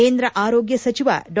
ಕೇಂದ ಆರೋಗ್ಯ ಸಚಿವ ಡಾ